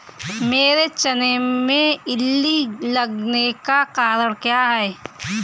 मेरे चने में इल्ली लगने का कारण क्या है?